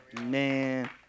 Man